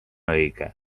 õige